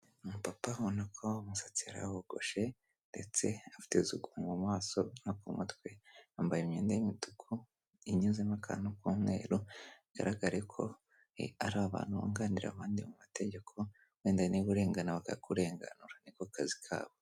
Umu papa ubona ko umusatsi yarawogoshe ndetse afite isuku mu maso no ku mutwe, yambaye imyenda y'imituku inyuze n'akantu k'umweru bigaragare ko ari abantu bunganira abandi mu mategeko wenda niba urengana bakakurenganura niko kazi kabo.